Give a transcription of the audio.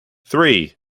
three